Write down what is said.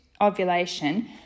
ovulation